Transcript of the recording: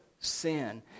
sin